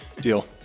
Deal